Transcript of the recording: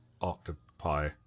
octopi